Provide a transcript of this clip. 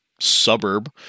suburb